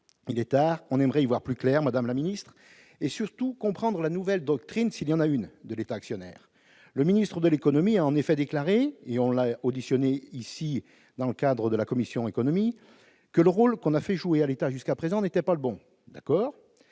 Il est tard, on aimerait y voir plus clair, Madame la Ministre, et surtout comprendre la nouvelle doctrine s'il y en a une, de l'État actionnaire, le ministre de l'Économie a en effet déclaré et on a auditionné ici dans le cadre de la commission économique que le rôle qu'on a fait jouer à l'État jusqu'à présent n'était pas le bon, d'accord,